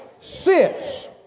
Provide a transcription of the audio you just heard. sits